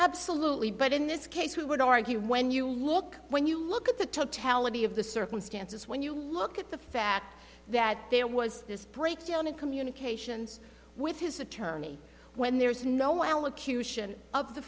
absolutely but in this case we would argue when you look when you look at the totality of the circumstances when you look at the fact that there was this breakdown in communications with his attorney when there was no elocution of the